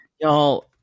Y'all